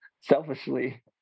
selfishly